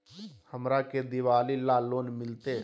हमरा के दिवाली ला लोन मिलते?